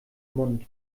mund